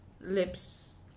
lips